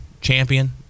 champion